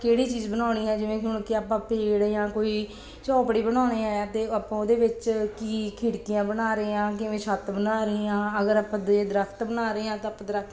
ਕਿਹੜੀ ਚੀਜ਼ ਬਣਾਉਣੀ ਹੈ ਜਿਵੇਂ ਕਿ ਹੁਣ ਆਪਾਂ ਪੇੜ ਜਾਂ ਕੋਈ ਝੌਂਪੜੀ ਬਣਾਉਣੀ ਹੈ ਅਤੇ ਆਪਾਂ ਉਹਦੇ ਵਿੱਚ ਕੀ ਖਿੜਕੀਆਂ ਬਣਾ ਰਹੇ ਹਾਂ ਕਿਵੇਂ ਛੱਤ ਬਣਾ ਰਹੇ ਹਾਂ ਅਗਰ ਆਪਾਂ ਜੇ ਦਰੱਖਤ ਬਣਾ ਰਹੇ ਹਾਂ ਤਾਂ ਆਪਾਂ ਦਰੱਖਤ